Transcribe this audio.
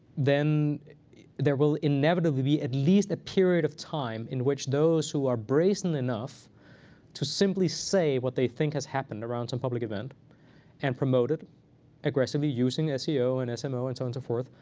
then there will inevitably be at least a period of time in which those who are brazen enough to simply say what they think has happened around some public event and promote it aggressively, using ah seo and smo, and so on and so forth,